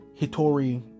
Hitori